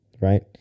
right